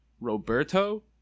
Roberto